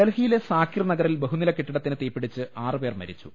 ഡൽഹിയിലെ സാക്കിർ നഗ്റിൽ ബ്ഹുനിലകെട്ടിടത്തിന് തീപിടിച്ച് ആറ് പേർ മരിച്ചു